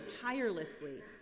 tirelessly